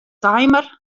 timer